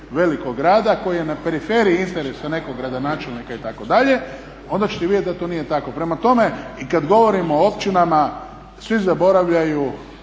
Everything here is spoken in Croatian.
velikog grada koji je na periferiji … gradonačelnika itd. onda ćete vidjeti da to nije tako. Prema tome, kada govorimo o općinama svi zaboravljaju